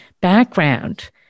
background